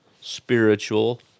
spiritual